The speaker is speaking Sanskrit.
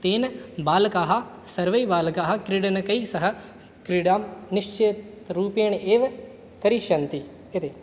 तेन बालकाः सर्वै बालकाः क्रीडनकैस्सह क्रीडां निश्चितरूपेण एव करिष्यन्ति इति